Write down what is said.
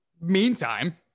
Meantime